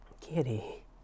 Kitty